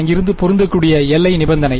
அங்கிருந்து பொருந்தக்கூடிய எல்லை நிபந்தனை